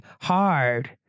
hard